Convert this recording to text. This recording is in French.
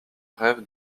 rêve